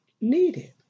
needed